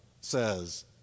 says